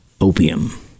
Opium